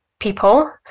people